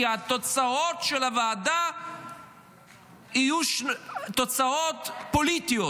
כי התוצאות של הוועדה יהיו תוצאות פוליטיות,